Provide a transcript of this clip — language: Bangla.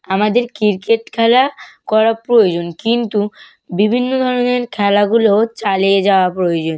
আমাদের ক্রিকেট খেলা করা প্রয়োজন কিন্তু বিভিন্ন ধরনের খেলাগুলো চালিয়ে যাওয়া প্রয়োজন